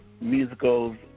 musicals